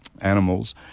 animals